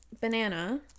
banana